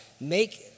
Make